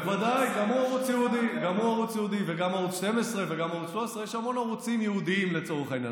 אני חושב שערוץ תוכן יהודי זה ערוץ שמגיש תוכן של יהודים,